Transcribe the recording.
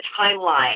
timeline